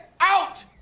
out